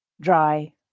dry